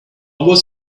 was